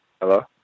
Hello